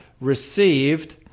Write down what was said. received